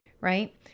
right